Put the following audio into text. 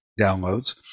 downloads